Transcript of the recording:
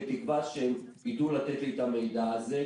בתקווה שהם ידעו לתת לי את המידע הזה,